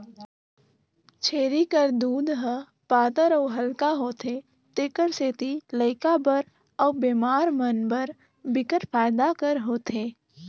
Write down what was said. छेरी कर दूद ह पातर अउ हल्का होथे तेखर सेती लइका बर अउ बेमार मन बर बिकट फायदा कर होथे